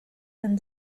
and